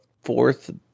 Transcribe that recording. fourth